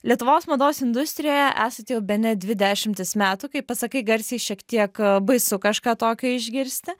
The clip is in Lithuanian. lietuvos mados industrijoje esate jau bene dvi dešimtis metų kai pasakai garsiai šiek tiek baisu kažką tokio išgirsti